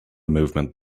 movement